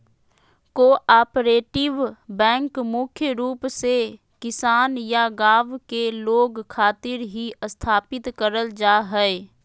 cooperative bank मुख्य रूप से किसान या गांव के लोग खातिर ही स्थापित करल जा हय